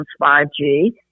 5G